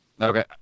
Okay